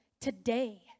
today